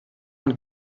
und